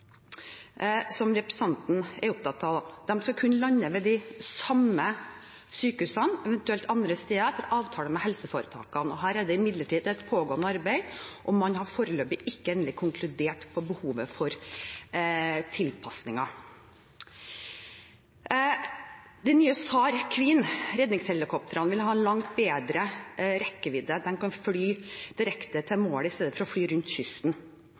som representanten er opptatt av, skal kunne lande ved de samme sykehusene, eventuelt andre steder etter avtale med helseforetakene. Her er det imidlertid et pågående arbeid, og man har foreløpig ikke endelig konkludert på behovet for tilpasninger. De nye redningshelikoptrene, SAR Queen, vil ha langt bedre rekkevidde. De kan fly direkte til målet i stedet for å fly rundt kysten.